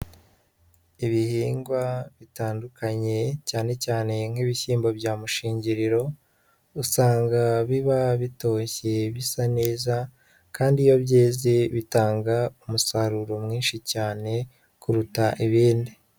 Ibihingwa bitandukanye cyane cyane nk'ibishyimbo bya mushingiriro, usanga biba bitoshye bisa neza kandi iyo byeze bitanga umusaruro mwinshi cyane kuruta ibindi.